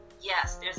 yes